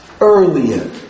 earlier